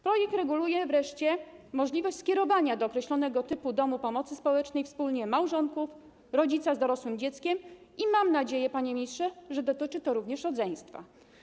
Projekt reguluje wreszcie możliwość skierowania do określonego typu domu pomocy społecznej wspólnie małżonków, rodzica z dorosłym dzieckiem i, mam nadzieję, panie ministrze, również rodzeństwa.